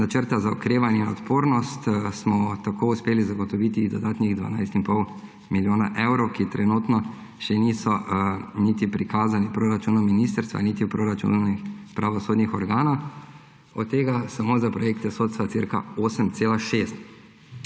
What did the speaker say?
načrta za okrevanje in odpornost smo tako uspeli zagotoviti dodatnih 12 in pol milijona evrov, ki trenutno še niso niti prikazani v proračunu ministrstva niti v proračunu pravosodnih organov, od tega samo za projekte sodstva cca 8,6.